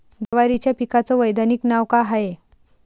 जवारीच्या पिकाचं वैधानिक नाव का हाये?